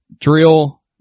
Drill